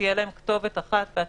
שתהיה להם כתובת אחת.